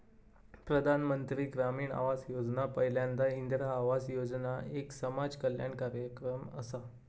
प्रधानमंत्री ग्रामीण आवास योजना पयल्यांदा इंदिरा आवास योजना एक समाज कल्याण कार्यक्रम असा